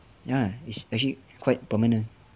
ya it's actually quite permanant